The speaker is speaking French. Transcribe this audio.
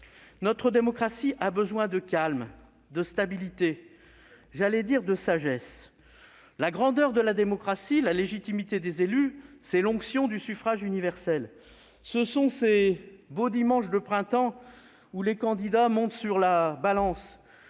notre démocratie a besoin de calme, de stabilité, j'allais dire de sagesse. La grandeur de la démocratie, la légitimité des élus, c'est l'onction du suffrage universel, ce sont ces beaux dimanches de printemps, pendant lesquels les candidats montent sur la balance,